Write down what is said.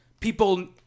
people